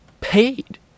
paid